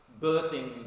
birthing